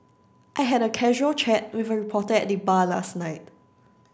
I had a casual chat with a reporter at the bar last night